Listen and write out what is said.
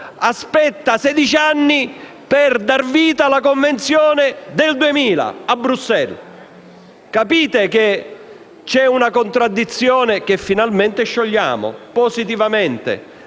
aspetta 16 anni per dar vita alla richiamata Convenzione del 2000? Capite che c'è una contraddizione che finalmente sciogliamo positivamente.